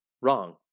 Wrong